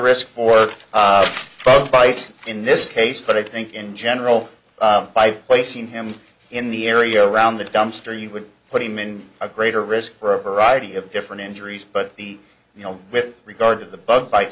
risk for both bites in this case but i think in general by placing him in the area around the dumpster you would put him in a greater risk for a variety of different injuries but the you know with regard to the bug bites